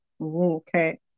okay